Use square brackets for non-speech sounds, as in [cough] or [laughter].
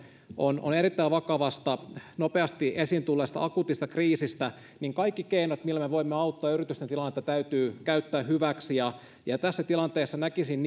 on erittäin vakavasta nopeasti esiin tulleesta akuutista kriisistä kaikki keinot voimme auttaa yritysten tilannetta täytyy käyttää hyväksi tässä tilanteessa näkisin [unintelligible]